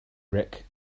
rick